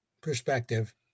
perspective